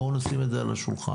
בואו נשים את זה על השולחן.